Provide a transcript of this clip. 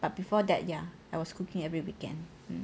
but before that ya I was cooking every weekend